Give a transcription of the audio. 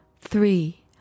three